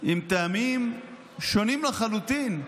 עם טעמים שונים לחלוטין,